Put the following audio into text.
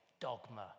dogma